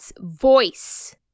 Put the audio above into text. voice